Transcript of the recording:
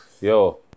Yo